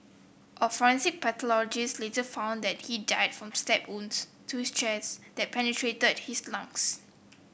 a forensic pathologist later found that he died from stab wounds to his chest that penetrated his lungs